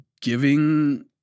giving